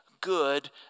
good